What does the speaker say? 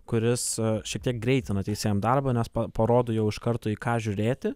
kuris šiek tiek greitina teisėjam darbą nes parodo jau iš karto į ką žiūrėti